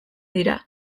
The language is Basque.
dira